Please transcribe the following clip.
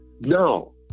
No